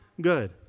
good